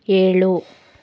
ಏಳು